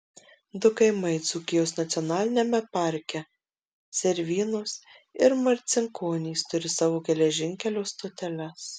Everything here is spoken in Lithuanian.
du kaimai dzūkijos nacionaliniame parke zervynos ir marcinkonys turi savo geležinkelio stoteles